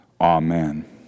Amen